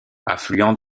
affluent